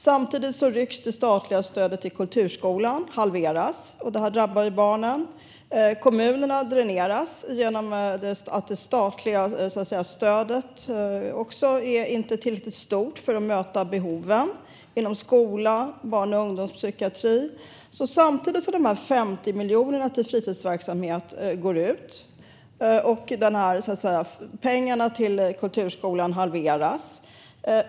Samtidigt halveras det statliga stödet till kulturskolan, vilket drabbar barnen, och kommunerna dräneras genom att det statliga stödet inte är tillräckligt stort för att möta behoven inom skola och barn och ungdomspsykiatri. Samtidigt som 50 miljoner avsätts för fritidsverksamhet halveras pengarna till kulturskolan.